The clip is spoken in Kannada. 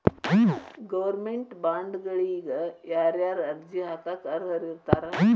ಗೌರ್ಮೆನ್ಟ್ ಬಾಂಡ್ಗಳಿಗ ಯಾರ್ಯಾರ ಅರ್ಜಿ ಹಾಕಾಕ ಅರ್ಹರಿರ್ತಾರ?